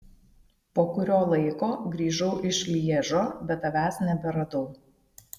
po kurio laiko grįžau iš lježo bet tavęs neberadau